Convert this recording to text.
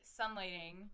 sunlighting